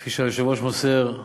כפי שהיושב-ראש מוסר,